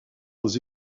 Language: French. aux